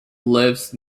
lives